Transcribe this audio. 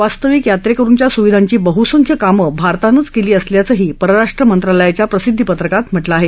वास्तविक यात्रेकरूंच्या सुविधांची बहुसंख्य कामं भारतानंच केली असल्याचंही परराष्ट्र मंत्रालयाच्या प्रसिद्दी पत्रकात म्हटलं आहे